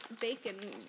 bacon